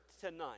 tonight